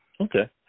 Okay